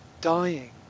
dying